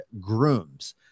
Grooms